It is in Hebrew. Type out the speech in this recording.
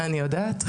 אני יודעת.